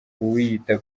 uwiyita